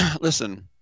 listen